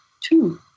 two